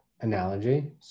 analogy